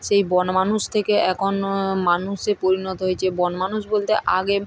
সেই বনমানুষ থেকে এখন মানুষে পরিণত হয়েছে বনমানুষ বলতে আগে